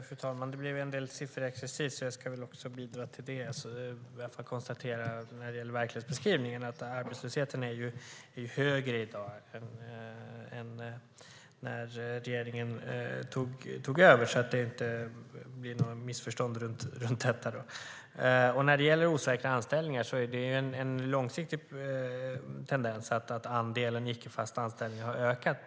Fru talman! Det blev en del sifferexercis, och jag ska väl också bidra till det. När det gäller verklighetsbeskrivningen kan jag konstatera att arbetslösheten är högre i dag än när regeringen tog över, så att det inte blir något missförstånd runt detta. När det gäller osäkra anställningar är det en långsiktig tendens att andelen icke fasta anställningar har ökat.